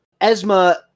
esma